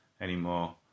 anymore